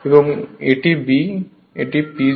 এবং এটি b এটি PG